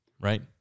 Right